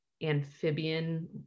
amphibian